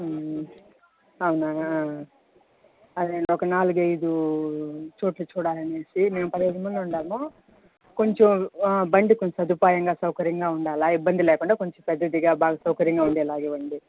అవునా అదే ఒక నాలుగు ఐదు చోట్లు చూడాలని మేము పదిహేను మంది ఉన్నాము కొంచెం బండి కొంచెం సదుపాయంగా సౌకర్యంగా ఉండాలి ఇబ్బంది లేకుండా కొంచెం పెద్దదిగా బాగా సౌకర్యంగా ఉండేలాగా ఇవ్వండి